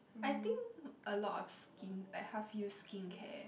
I think a lot of skin like half use skincare